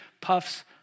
puffs